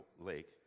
lake